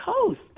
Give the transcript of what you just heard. Coast